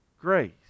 grace